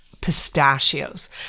pistachios